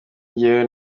njyewe